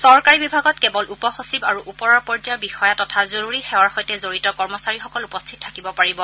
চৰকাৰী বিভাগত কেৱল উপসচিব আৰু ওপৰৰ পৰ্যায়ৰ বিষয়া তথা জৰুৰী সেৱাৰ সৈতে জড়িত কৰ্মচাৰীসকল উপস্থিত থাকিব পাৰিব